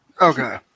okay